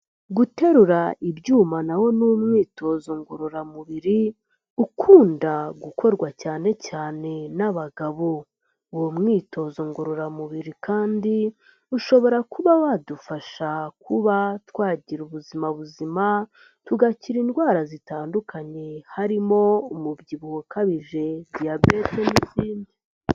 Guterura ibyuma na wo ni umwitozo ngororamubiri, ukunda gukorwa cyane cyane n'abagabo. Uwo mwitozo ngororamubiri kandi, ushobora kuba wadufasha kuba twagira ubuzima buzima, tugakira indwara zitandukanye harimo umubyibuho ukabije, diyabete n'izindi.